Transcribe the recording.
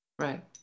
Right